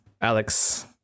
Alex